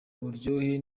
uburyohe